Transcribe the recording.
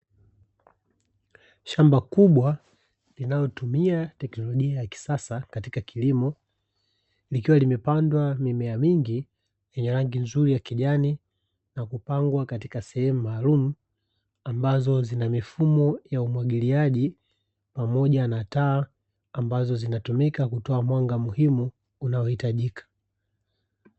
Shamba kubwa linalotumia teknolojia ya kisasa katika kilimo ikiwa limepandwa mimea mingi yenye rangi nzuri ya kijani, na kupangwa katika sehemu maalumu ambazo zina mifumo ya umwagiliaji pamoja na taa ambazo zinatumika kutoa mwanga muhimu unaohitajika.